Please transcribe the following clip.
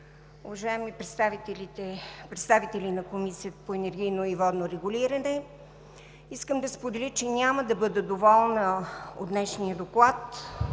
Уважаеми представители на Комисията за енергийно и водно регулиране, искам да споделя, че няма да бъда доволна от днешния доклад